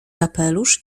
kapelusz